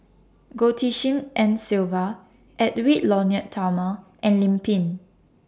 Goh Tshin En Sylvia Edwy Lyonet Talma and Lim Pin